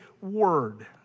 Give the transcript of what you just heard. word